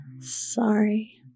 Sorry